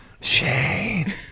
Shane